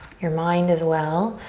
your mind, as well,